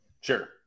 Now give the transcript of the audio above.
Sure